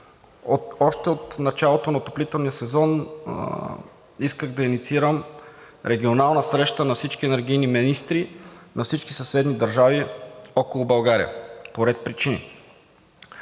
още от началото на отоплителния сезон исках да инициирам регионална среща на всички енергийни министри на всички съседни държави около България по ред причини.